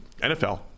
NFL